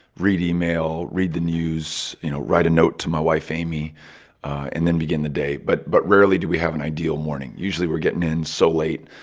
read email, read the news, you know, write a note to my wife amy and then begin the day. but but rarely do we have an ideal morning. usually, we're getting in so late,